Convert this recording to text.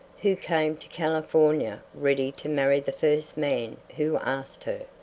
who came to california ready to marry the first man who asked her.